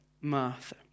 Martha